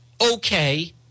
okay